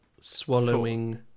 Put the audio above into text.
swallowing